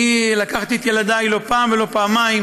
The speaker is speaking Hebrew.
אני לקחתי את ילדיי לא פעם ולא פעמיים